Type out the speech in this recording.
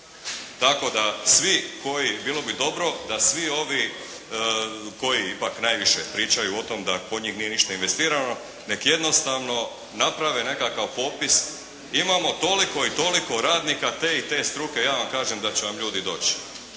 Tako da svi koji, bilo bi dobro da svi ovi koji ipak najviše pričaju o tom da kod njih nije ništa investirano, nek' jednostavno naprave nekakav popis, imamo toliko i toliko radnika, te i te struke. Ja vam kažem da će vam ljudi doći.